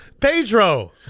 Pedro